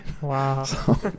Wow